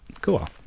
cool